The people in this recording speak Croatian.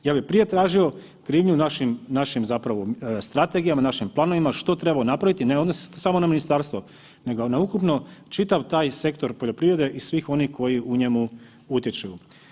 Ja bi prije tražio krivnju našim zapravo strategijama, našim planovima, što trebamo napraviti, ne odnosi se samo na ministarstvo nego na ukupno čitav taj sektor poljoprivrede i svih onih koji u njemu utječu.